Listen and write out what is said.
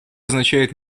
означает